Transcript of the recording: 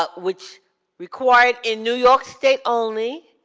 ah which required, in new york state only,